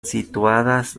situadas